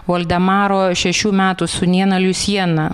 voldemaro šešių metų sūnėną lusjeną